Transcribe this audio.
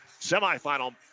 semifinal